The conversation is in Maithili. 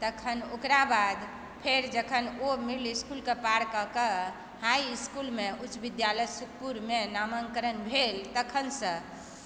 तखन ओकरा बाद फेर जखन ओ मिडिल इस्कूलके पारकऽ कऽ हाईइस्कूलमे उच्च विद्यालय सुखपुरमे नामाँकन भेल तखनसँ